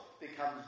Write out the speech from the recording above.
becomes